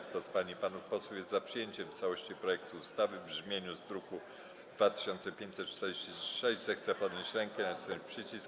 Kto z pań i panów posłów jest za przyjęciem w całości projektu ustawy w brzmieniu z druku nr 2546, zechce podnieść rękę i nacisnąć przycisk.